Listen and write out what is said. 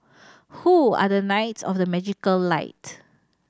who are the knights of the magical light